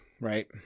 right